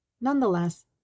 Nonetheless